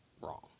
wrong